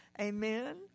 Amen